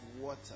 water